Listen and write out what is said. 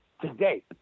Today